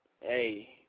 hey